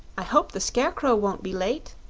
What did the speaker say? i hope the scarecrow won't be late,